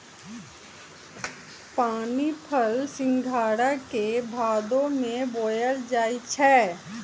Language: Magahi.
पानीफल सिंघारा के भादो में बोयल जाई छै